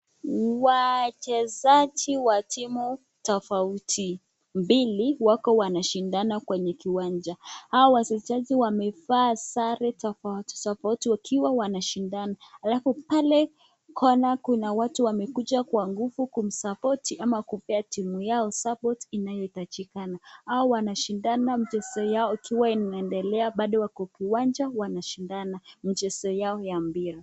Wachezaji wa timu tofauti mbili wako wanashindana kwenye kiwanja. Hawa wachezaji wamevaa sare tofauti tofauti wakiwa wanashindana alafu pale kona kuna watu wamekuja kwa nguvu kum[support] ama kupea timu yao [support] inayohitajikana. Hao wanashindana mchezo yao ikiwa inaendelea bado wako kwa uwanja wanashindana michezo yao ya mpira.